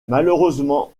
malheureusement